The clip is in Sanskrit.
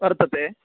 वर्तते